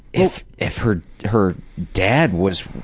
if if her her dad was